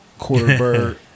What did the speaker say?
Quarterbird